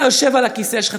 אתה יושב על הכיסא שלך,